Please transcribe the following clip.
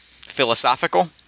philosophical